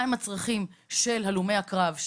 מה הם הצרכים של הלומי הקרב,